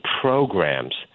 programs